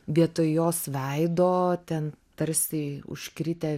vietoj jos veido ten tarsi užkritę